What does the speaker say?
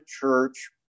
church